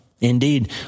Indeed